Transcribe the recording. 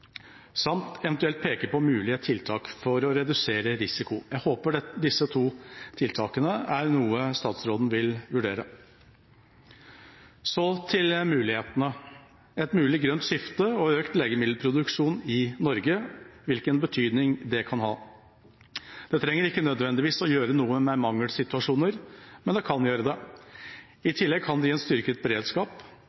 samt eventuelt peke på mulige tiltak for å redusere risiko. Jeg håper disse to tiltakene er noe statsråden vil vurdere. Så til mulighetene. Et mulig grønt skifte og økt legemiddelproduksjon i Norge, hvilken betydning kan det ha? Det trenger ikke nødvendigvis å gjøre noe med mangelsituasjoner, men det kan gjøre det. I